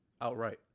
outright